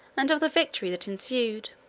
and of the victory that ensued